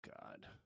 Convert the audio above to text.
God